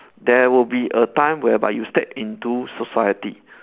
there will be a time whereby you step into society